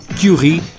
Curie